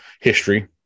History